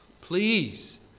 Please